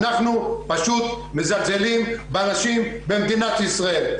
אנחנו פשוט מזלזלים בנשים במדינת ישראל.